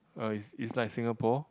uh is is like Singapore